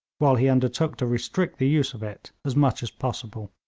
while he undertook to restrict the use of it as much as possible.